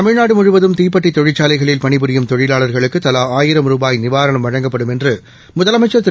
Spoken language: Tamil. தமிழ்நாடு முழுவதும் தீப்பெட்டி தொழிற்சாலைகளில் பணிபுரியும் தொழிவாள்களுக்கு தலா ஆயிரம் ரூபாய் நிவாரணம் வழங்கப்படும் என்று முதலமைச்சா் திரு